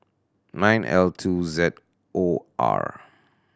nine L two Z O R